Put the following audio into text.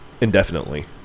indefinitely